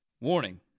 Warning